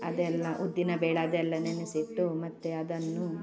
ಅದೆಲ್ಲ ಉದ್ದಿನಬೇಳೆ ಅದೆಲ್ಲ ನೆನೆಸಿಟ್ಟು ಮತ್ತೆ ಅದನ್ನು